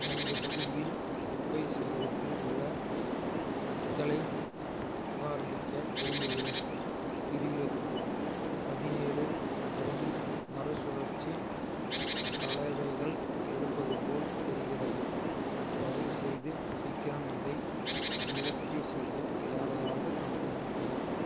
எனது பகுதியில் குப்பை சேகரிப்பில் உள்ள சிக்கலைப் புகாரளிக்க விரும்புகிறேன் பிரிவு பதினேழு அருகில் மறுசுழற்சி கலவைகள் இருப்பது போல் தெரிகின்றது தயவு செய்து சீக்கிரம் இதை நிவர்த்தி செய்ய யாரையாவது அனுப்ப முடியுமா